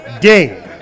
ding